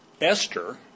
Esther